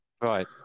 Right